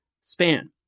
span